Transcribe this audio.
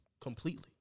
completely